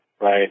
right